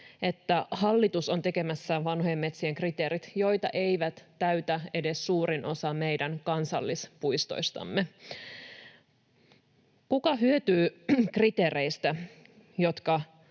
että hallitus on tekemässä sellaiset vanhojen metsien kriteerit, joita ei täytä edes suurin osa meidän kansallispuistoistamme. Kuka hyötyy kriteereistä, joiden